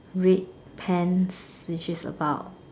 red pants which is about